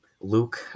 Luke